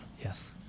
Yes